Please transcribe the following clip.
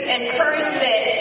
encouragement